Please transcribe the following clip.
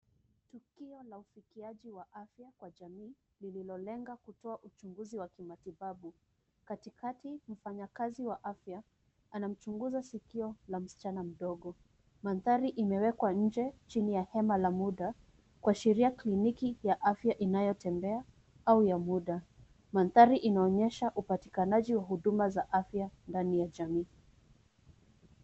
Tukio la ufikiaji wa afya kwa jamii, lililolenga kutoa uchunguzi wa kimatibabu. Katikati mfanyakazi wa afya, anamchunguza sikio la msichana mdogo. Manthari imewekwa nje chini ya hema la muda, kuashiria kliniki ya afya inayotembea au ya muda. Manthari inaonyesha upatikanaji wa huduma za afya ndani ya jamii.